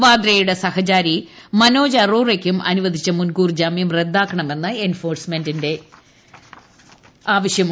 വാദ്രയുടെ സഹചാരി മനോജ് അറോറക്കും അനുവദിച്ച മുൻകൂർ ജാമ്യം റദ്ദാക്കണമെന്നാണ് എൻഫോഴ്സമെന്റിന്റെ ആവശ്യം